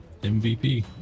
MVP